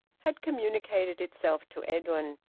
had communicated itself to edwin.